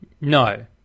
No